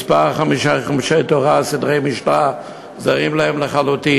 מספר חומשי התורה, סדרי משנה, זרים לחלוטין.